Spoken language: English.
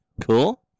Cool